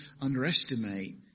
underestimate